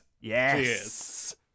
Yes